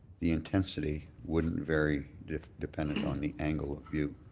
the intensity wouldn't vary depending on the angle of view.